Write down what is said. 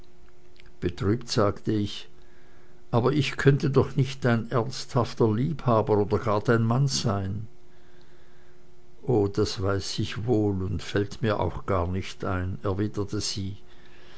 betrübt sagte ich aber ich könnte doch nicht dein ernsthafter liebhaber oder gar dein mann sein oh das weiß ich wohl und fällt mir auch gar nicht ein erwiderte sie